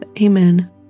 Amen